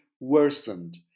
worsened